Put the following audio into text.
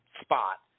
spot